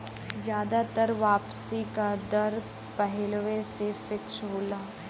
जादातर वापसी का दर पहिलवें से फिक्स होला